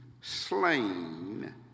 slain